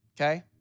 okay